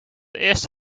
eerst